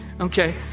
Okay